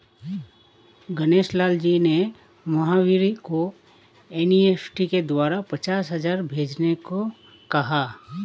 गणेश लाल जी ने महावीर को एन.ई.एफ़.टी के द्वारा पचास हजार भेजने को कहा